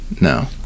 no